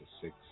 six